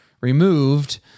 removed